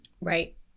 Right